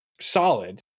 solid